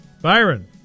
Byron